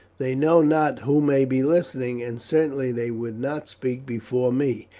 they know not who may be listening and certainly they would not speak before me.